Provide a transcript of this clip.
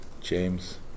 James